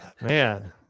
Man